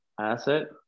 asset